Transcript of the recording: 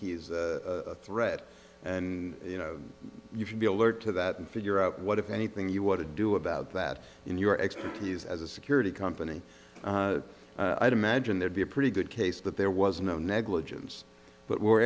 he's a threat and you know you should be alert to that and figure out what if anything you want to do about that in your expertise as a security company i'd imagine there'd be a pretty good case that there was no negligence but we're